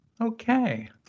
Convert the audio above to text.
Okay